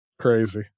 Crazy